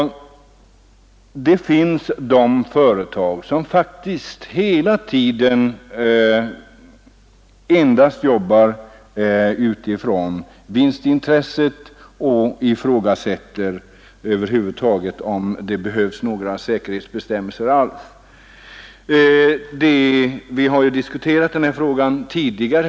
Det finns faktiskt företag som endast arbetar med vinstintresset för ögonen och ifrågasätter om det över huvud taget behövs några säkerhetsbestämmelser. Vi har diskuterat detta tidigare.